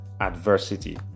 adversity